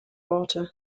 water